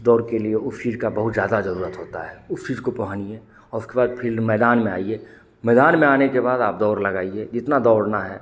दौड़ के लिए उस चीज़ का बहुत ज़्यादा ज़रूरत होती है उस चीज़ को पहनिए और उसके बाद फिल्ड मैदान में आइए मैदान में आने के बाद आप दौड़ लगाइए जितना दौड़ना है